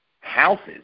houses